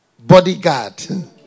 bodyguard